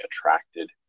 attracted